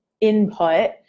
input